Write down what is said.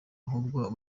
ahubwo